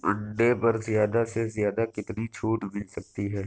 انڈے پر زیادہ سے زیادہ کتنی چھوٹ مل سکتی ہے